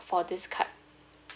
for this card